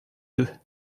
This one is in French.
deux